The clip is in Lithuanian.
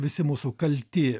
visi mūsų kalti